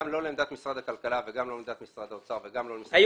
גם לא לעמדת משרד הכלכלה וגם לא לעמדת משרד האוצר